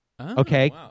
Okay